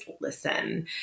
listen